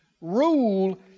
rule